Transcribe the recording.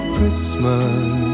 Christmas